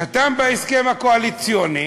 חתמו בהסכם הקואליציוני